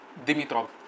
Dimitrov